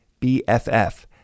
BFF